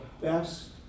best